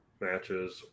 matches